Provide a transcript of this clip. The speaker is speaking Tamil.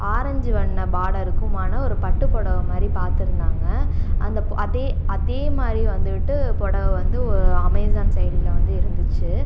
ஆரஞ்சு வண்ண பார்டருக்குமான ஒரு பட்டுப் புடவ மாதிரி பார்த்துருந்தாங்க அந்த அதே அதே மாரி வந்துவிட்டு புடவ வந்து அமேசான் செயலியில் வந்து இருந்துச்சு